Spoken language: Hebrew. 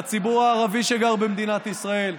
לציבור הערבי שגר במדינת ישראל,